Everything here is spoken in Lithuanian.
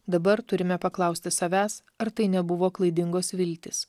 dabar turime paklausti savęs ar tai nebuvo klaidingos viltys